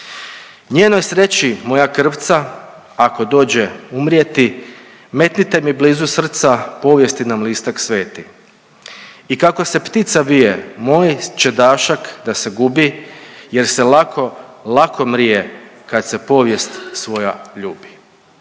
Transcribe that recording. Njenoj sreći moja krvca ako dođe umrijeti metnite mi blizu srca povijesti nam listak sveti. I kako se ptica vije moj će dašak da se gubi jer se lako, lako mrije kad se povijest svoja ljubi.